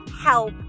help